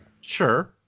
Sure